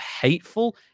hateful